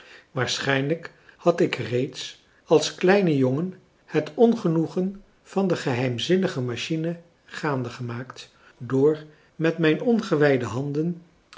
waarschijnlijk had ik reeds als kleine jongen het ongenoegen van de geheimzinnige machine gaande gemaakt door met mijn ongewijde handen